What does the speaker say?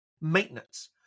maintenance